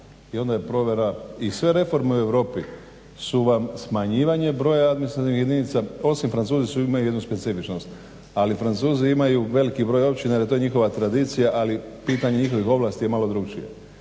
i onda je provela i sve reforme u Europi su vam smanjivanje broja administrativnih jedinica, osim Francuzi imaju svoju jednu specifičnost. Ali Francuzi imaju veliki broj općina jer je to njihova tradicija, ali pitanje njihovih ovlasti je malo drukčije.